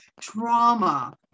trauma